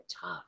tough